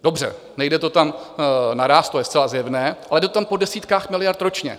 Dobře, nejde to tam naráz, to je zcela zjevné, ale jde to tam po desítkách miliard ročně.